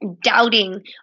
doubting